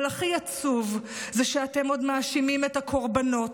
אבל הכי עצוב זה שאתם עוד מאשימים את הקורבנות,